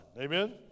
Amen